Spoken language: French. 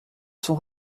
son